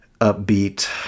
upbeat